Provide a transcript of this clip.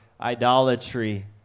idolatry